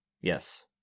Yes